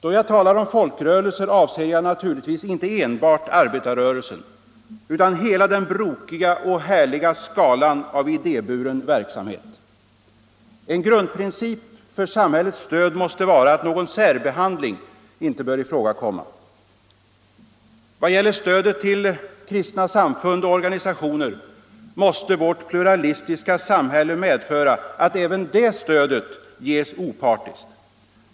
Då jag talar om folkrörelser avser jag naturligtvis inte enbart arbetarrörelsen utan hela den brokiga och härliga skalan av idéburen verksamhet. En grundprincip för samhällets stöd måste vara att någon särbehandling inte bör ifrågakomma. Vad gäller stödet till kristna samfund och organisationer måste vårt pluralistiska samhälle medföra att även det stödet ges opartiskt.